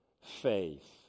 faith